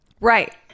Right